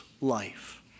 life